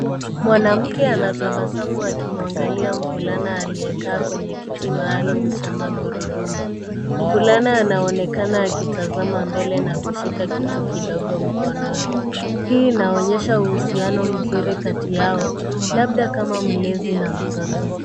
Mwanamke anatabasamu akimwangalia mvulana aliyekaa kwenye kiti maalumu cha magurudumu. Mvulana anaonekana akitazama mbele an kushika kitu kidogo mkononi. Hii inaonesha uhusiano mzuri kati yao, labda kama mlezi na mtoto.